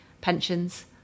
pensions